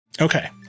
Okay